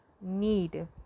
need